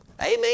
Amen